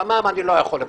את המע"מ אני לא יכול לבטל.